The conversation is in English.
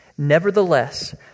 Nevertheless